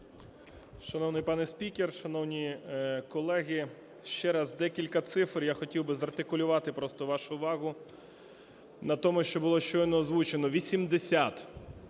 Шановний пане спікер, шановні колеги, ще раз декілька цифр, я хотів би зартикулювати просто вашу увагу на тому, що було щойно озвучено. 80